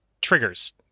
triggers